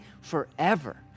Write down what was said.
forever